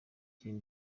cy’iyi